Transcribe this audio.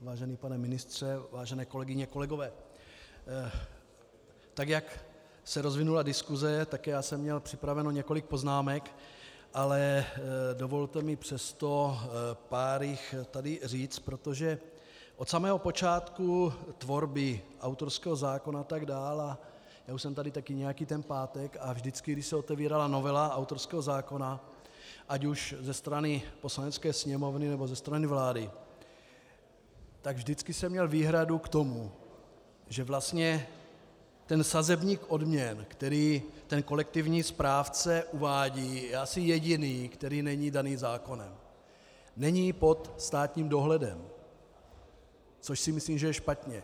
Vážený pane ministře, vážené kolegyně, kolegové, tak jak se rozvinula diskuse, tak i já jsem měl připraveno několik poznámek, ale dovolte mi přesto pár jich tady říct, protože od samého počátku tvorby autorského zákona a tak dál já už jsem tady taky nějaký ten pátek, a vždycky, když se otevírala novela autorského zákona, ať už ze strany Poslanecké sněmovny, nebo ze strany vlády, tak vždycky jsem měl výhradu k tomu, že vlastně ten sazebník odměn, který kolektivní správce uvádí, je asi jediný, který není daný zákonem, není pod státním dohledem, což si myslím, že je špatně.